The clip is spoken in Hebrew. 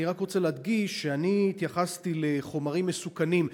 אני רק רוצה להדגיש שאני התייחסתי לחומרים מסוכנים,